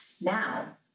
Now